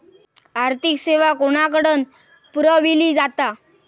आर्थिक सेवा कोणाकडन पुरविली जाता?